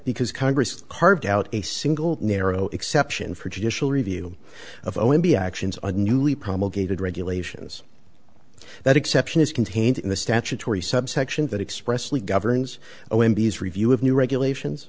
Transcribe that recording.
because congress carved out a single narrow exception for judicial review of o m b actions are newly promulgated regulations that exception is contained in the statutory subsection that expressly governs o m b s review of new regulations